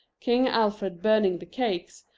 king alfred burning the cakes,